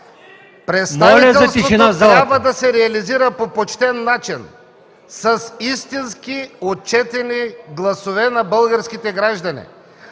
Представителството трябва да се реализира по почтен начин – с истински отчетени гласове на българските граждани,